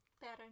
better